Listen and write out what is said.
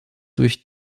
durch